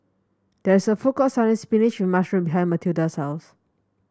there is a food court selling spinach with mushroom behind Mathilda's house